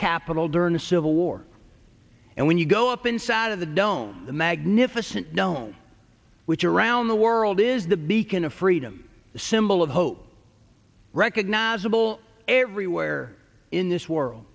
capitol during the civil war and when you go up inside of the dome the magnificent dome which around the world is the beacon of freedom the symbol of hope recognizable everywhere in this world